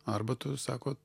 arba tu sako